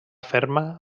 ferma